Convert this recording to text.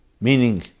meaning